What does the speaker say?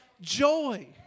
joy